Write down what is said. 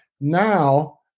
now